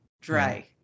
dry